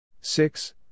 six